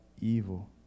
evil